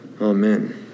Amen